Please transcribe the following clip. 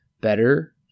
better